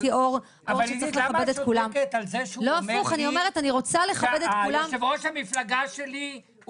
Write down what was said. למה את שותקת על זה שהוא אומר לי על יושב-ראש המפלגה שלי,